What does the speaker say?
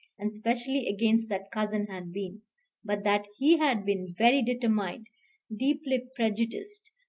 and specially against that cousin, had been but that he had been very determined, deeply prejudiced,